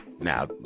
now